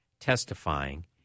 testifying